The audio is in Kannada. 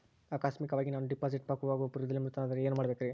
ಆಕಸ್ಮಿಕವಾಗಿ ನಾನು ಡಿಪಾಸಿಟ್ ಪಕ್ವವಾಗುವ ಪೂರ್ವದಲ್ಲಿಯೇ ಮೃತನಾದರೆ ಏನು ಮಾಡಬೇಕ್ರಿ?